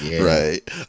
right